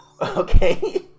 okay